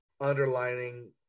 underlining